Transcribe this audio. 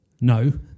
No